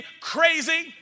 crazy